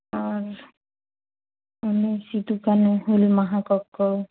ᱟᱨ ᱚᱱᱮ ᱥᱤᱫᱩ ᱠᱟᱱᱩ ᱦᱩᱞ ᱢᱟᱦᱟ ᱠᱚ ᱠᱚ